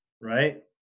Right